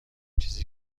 چیزی